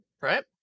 right